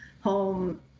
home